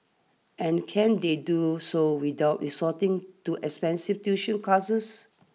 and can they do so without resorting to expensive tuition classes